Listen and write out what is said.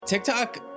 TikTok